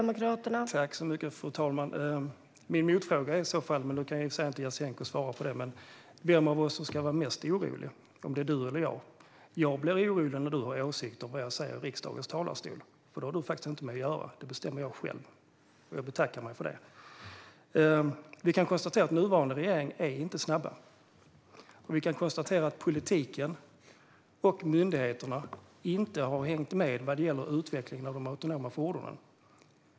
Fru talman! Jag har en motfråga, som Jasenko i och för sig inte kan svara på nu: Vem av oss ska vara mest orolig - är det du eller jag? Jag blir orolig när du har åsikter om vad jag säger i riksdagens talarstol, för det har du faktiskt inte med att göra. Det bestämmer jag själv. Jag betackar mig för detta. Vi kan konstatera att nuvarande regering inte är snabb. Och vi kan konstatera att politiken och myndigheterna inte har hängt med vad gäller utveckling av de autonoma fordonen.